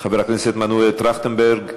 חבר הכנסת מנואל טרכטנברג,